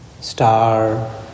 star